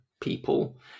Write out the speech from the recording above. people